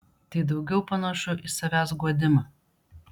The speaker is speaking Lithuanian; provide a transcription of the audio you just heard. tai daugiau panašu į savęs guodimą